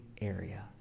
area